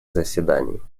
заседаний